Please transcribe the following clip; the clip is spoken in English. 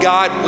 God